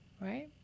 right